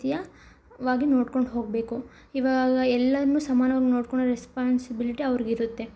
ರೀತಿಯ ವಾಗಿ ನೋಡ್ಕೊಂಡು ಹೋಗಬೇಕು ಇವಾಗ ಎಲ್ಲರ್ನೂ ಸಮಾನವಾಗಿ ನೋಡ್ಕೋಳೋ ರೆಸ್ಪಾನ್ಸಿಬಿಲಿಟಿ ಅವ್ರಿಗಿರುತ್ತೆ